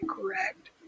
correct